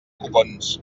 copons